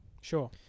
Sure